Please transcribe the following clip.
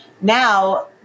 Now